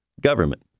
government